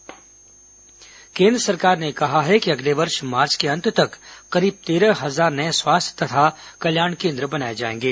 केन्द्र स्वास्थ्य केन्द्र सरकार ने कहा है कि अगले वर्ष मार्च के अंत तक करीब तेरह हजार नए स्वास्थ्य तथा कल्याण केन्द्र बनाए जाएंगे